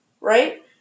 right